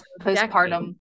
Postpartum